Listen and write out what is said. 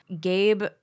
Gabe